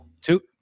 Two